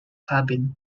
cabin